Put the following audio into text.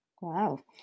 Wow